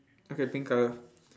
okay pink colour